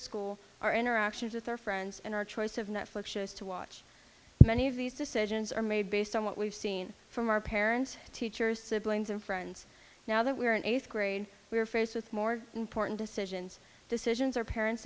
school our interactions with our friends and our choice of netflix shows to watch many of these decisions are made based on what we've seen from our parent teacher siblings and friends now that we're in eighth grade we're faced with more important decisions decisions our parents